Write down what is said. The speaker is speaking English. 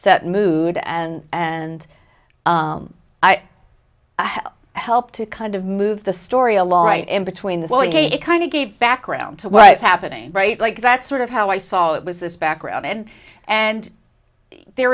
set mood and and help to kind of move the story along right in between the kind of gave background to what's happening right like that's sort of how i saw it was this background and and there